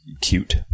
cute